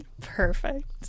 Perfect